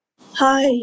hi